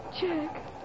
Jack